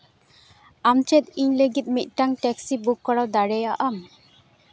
ᱟᱢ ᱪᱮᱫ ᱤᱧ ᱞᱟᱹᱜᱤᱫ ᱢᱤᱫᱴᱟᱝ ᱴᱮᱠᱥᱤ ᱵᱩᱠ ᱠᱚᱨᱟᱣ ᱫᱟᱲᱮᱭᱟᱜ ᱟᱢ